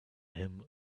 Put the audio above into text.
him